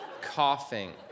Coughing